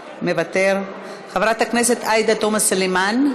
מוותר, חברת הכנסת עאידה תומא סלימאן,